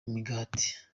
imigati